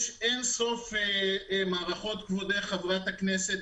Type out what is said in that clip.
יש אין-סוף מערכות, כבוד חברת הכנסת.